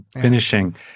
finishing